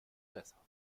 besser